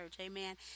Amen